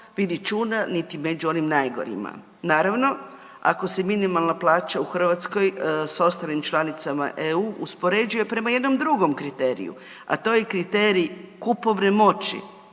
vidi čuda niti među onim najgorima, naravno ako se minimalna plaća u Hrvatskoj s ostalim članicama EU uspoređuje prema jednom drugom kriteriju, a to je kriterij kupovne moći,